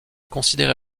considérée